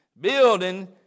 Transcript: building